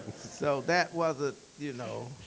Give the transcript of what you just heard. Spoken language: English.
so that wasn't, you know?